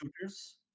shooters